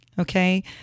Okay